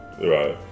Right